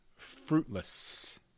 fruitless